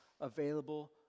available